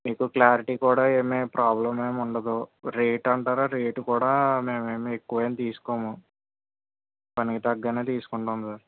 మీకు క్లారిటీ కూడా ఏమి ప్రాబ్లమ్ ఏమి ఉండదు రేట్ అంటారా రేట్ కూడా మేము ఏమి ఎక్కువ ఏమి తీసుకోము పనికి తగ్గట్టు తీసుకుంటాము మేము